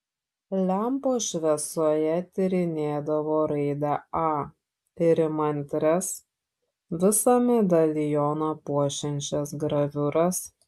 lempos šviesoje tyrinėdavo raidę a ir įmantrias visą medalioną puošiančias graviūras